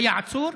היה עצור,